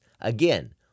Again